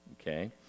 Okay